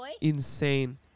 insane